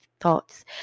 thoughts